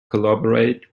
collaborate